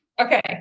Okay